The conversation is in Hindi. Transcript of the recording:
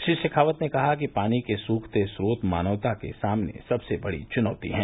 श्री शेखावत ने कहा कि पानी के सूखते स्रोत मानवता के सामने सबसे बड़ी चुनौती है